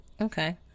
Okay